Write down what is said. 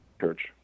church